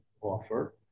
offer